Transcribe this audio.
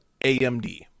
AMD